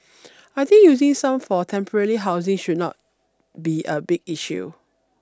I think using some for temporary housing should not be a big issue